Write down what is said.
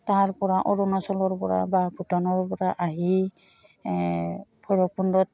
তাৰপৰা অৰুণাচলৰপৰা বা ভূটানৰপৰা আহি ভৈৰৱকুণ্ডত